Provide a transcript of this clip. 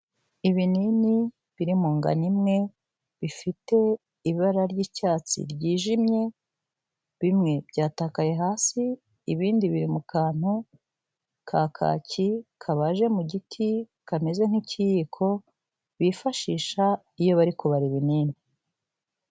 Ibinini biri mu ngano imwe bifite ibara ry'icyatsi ryijimye, bimwe byatakaye hasi, ibindi biri mu kantu ka kaki kabaje mu giti kameze nk'ikiyiko bifashisha iyo bari kubara ibinini.